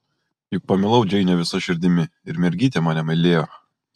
juk pamilau džeinę visa širdimi ir mergytė mane mylėjo